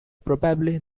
probably